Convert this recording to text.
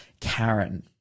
Karen